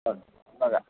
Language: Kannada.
ಹೌದಾ ಹೌದಾ